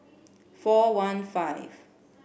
four one five